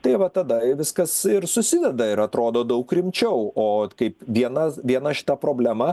tai va tada viskas ir susideda ir atrodo daug rimčiau o kaip vienas viena šita problema